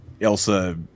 Elsa